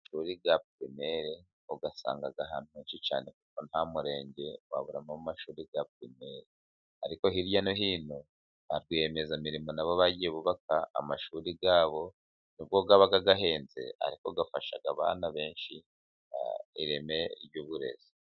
Amashuri ya pirimeri uyasanga ahantu henshi cyane, nta murenge waburamo ishuri rya pirimeri, ariko hirya no hino ba rwiyemezamirimo nabo bagiye bubaka amashuri yabo, n'ubwo aba ahenze, ariko afasha abana benshi mu ireme ry'uburezi.